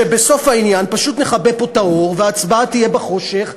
שבסוף העניין פשוט נכבה פה את האור וההצבעה תהיה בחושך,